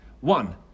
One